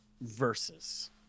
Versus